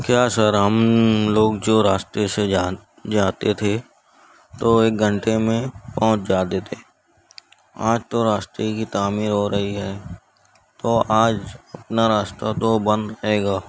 کیا سر ہم لوگ جو راستے سے جا جاتے تھے تو ایک گھنٹے میں پہنچ جاتے تھے آج تو راستے کی تعمیر ہو رہی ہے تو آج اپنا راستہ تو بند رہے گا